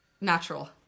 natural